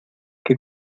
que